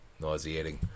Nauseating